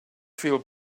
feel